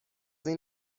این